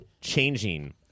changing